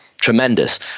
tremendous